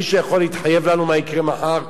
מישהו יכול להתחייב מה יקרה מחר?